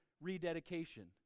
Rededication